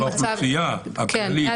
באוכלוסייה הכללית?